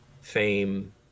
fame